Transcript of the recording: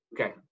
Okay